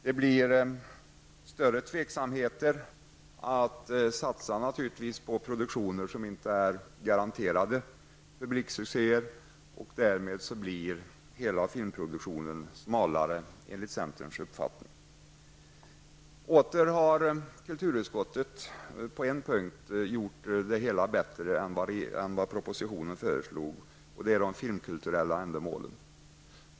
Det blir större tveksamhet när det gäller att satsa på produktioner som inte är garanterade publiksuccéer. Därmed blir hela filmproduktionen smalare, enligt centerns uppfattning. Åter har kulturutskottet på en punkt gjort det hela bättre än vad som föreslogs i propositionen, och det är när det gäller de filmkulturella ändamålen.